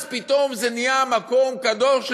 אז פתאום זה נהיה מקום קדוש.